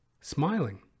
Smiling